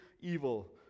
evil